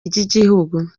ry’igihugu